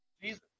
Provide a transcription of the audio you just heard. Jesus